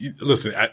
listen